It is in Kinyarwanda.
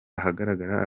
ahagaragara